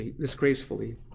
disgracefully